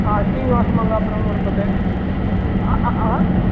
श्रीनिवासमङ्गापुरं वर्तते